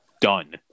done